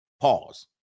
Pause